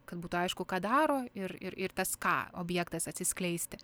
kad būtų aišku ką daro ir ir ir tas ką objektas atsiskleisti